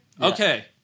Okay